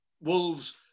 Wolves